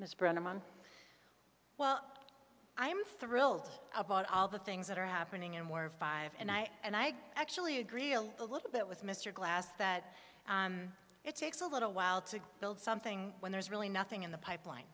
that's brennaman well i am thrilled about all the things that are happening and we're five and i and i actually agree a little bit with mr glass that it takes a little while to build something when there's really nothing in the pipeline